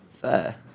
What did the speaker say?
Fair